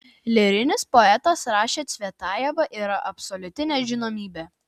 lyrinis poetas rašė cvetajeva yra absoliuti nežinomybė